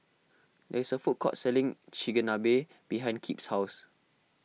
there is a food court selling Chigenabe behind Kip's house